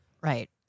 Right